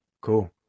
Cool